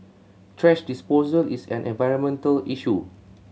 thrash disposal is an environmental issue